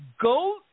Go